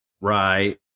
right